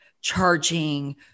charging